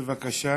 בבקשה.